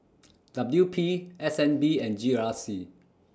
W P S N B and G R C